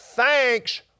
thanks